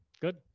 good